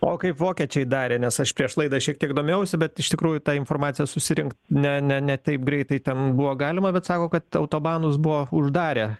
o kaip vokiečiai darė nes aš prieš laidą šiek tiek domėjausi bet iš tikrųjų tą informaciją susirinkt ne ne ne taip greitai ten buvo galima bet sako kad autobanus buvo uždarę